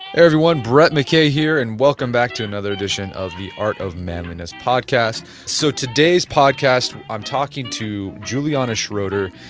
everyone brett mckay here and welcome back to another edition of the art of manliness podcast. so today's podcast i am talking to juliana schroeder,